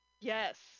Yes